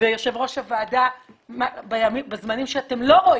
ויושב-ראש הוועדה בזמנים שאתם לא רואים,